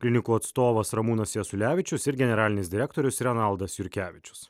klinikų atstovas ramūnas jasulevičius ir generalinis direktorius renaldas jurkevičius